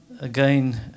again